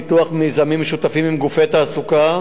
פיתוח מיזמים משותפים עם גופי תעסוקה